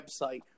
website